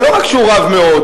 ולא רק שהוא רב מאוד,